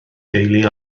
deulu